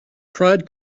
pride